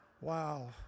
Wow